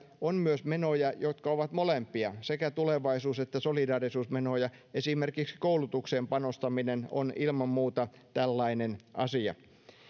on myös menoja jotka ovat molempia sekä tulevaisuus että solidaarisuusmenoja esimerkiksi koulutukseen panostaminen on ilman muuta tällainen asia